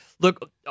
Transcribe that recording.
Look